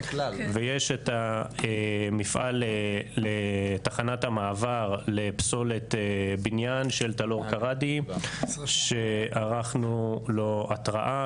יש את המפעל לתחנת המעבר לפסולת בניין של טלאור כראדי שערכנו לו התראה,